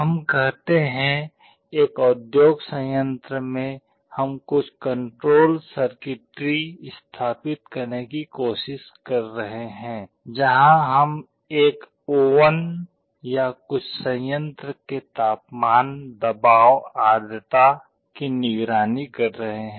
हम कहते हैं एक औद्योगिक संयंत्र में हम कुछ कण्ट्रोल सर्किटरी स्थापित करने की कोशिश कर रहे हैं जहां हम एक ओवन या कुछ संयंत्र के तापमान दबाव आर्द्रता की निगरानी कर रहे हैं